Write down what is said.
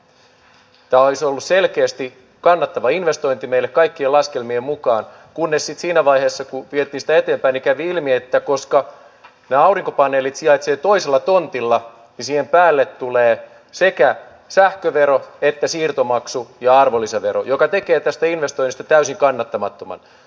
tämä olisi ollut selkeästi kannattava investointi meille kaikkien laskelmien mukaan kunnes sitten siinä vaiheessa kun sitä vietiin eteenpäin kävi ilmi että koska ne aurinkopaneelit sijaitsevat toisella tontilla niin siihen päälle tulee sekä sähkövero että siirtomaksu ja arvonlisävero mikä tekee tästä investoinnista täysin kannattamattoman